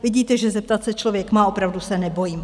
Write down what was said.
Vidíte, že zeptat se člověk má a opravdu se nebojí.